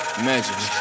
imagine